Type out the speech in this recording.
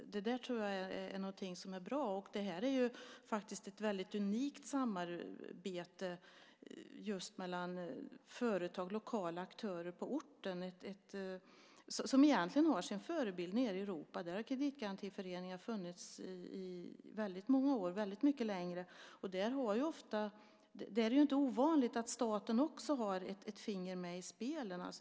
Det är alltså fråga om något bra. Det handlar om ett unikt samarbete mellan företag och lokala aktörer på orten och har egentligen sin förebild nere i Europa. Där har kreditgarantiföreningar funnits i många år, under en mycket längre tid, och det är inte ovanligt att staten också har ett finger med i spelet.